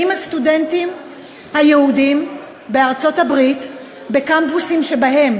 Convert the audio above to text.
הסטודנטים היהודים בארצות-הברית נמצאים בקמפוסים שבהם